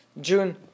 June